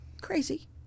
crazy